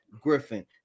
Griffin